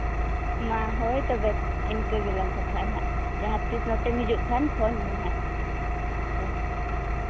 ᱚᱱᱟ ᱦᱳᱭ ᱛᱚᱵᱮ ᱤᱱᱠᱟᱹ ᱜᱮᱞᱟᱝ ᱠᱟᱛᱷᱟᱜᱼᱟ ᱦᱟᱜ ᱡᱟᱦᱟᱸ ᱛᱤᱥ ᱱᱚᱛᱮᱢ ᱦᱤᱡᱩᱜ ᱠᱷᱟᱱ ᱯᱦᱳᱱ ᱢᱮ ᱦᱟᱸᱜ ᱦᱳᱭ